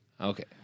okay